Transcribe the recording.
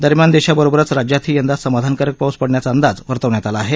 दरम्यान देशाबरोबरच राज्यातही यंदा समाधानकारक पाऊस पडण्याचा अंदाज वर्तवण्यात आला आहे